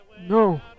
No